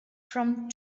from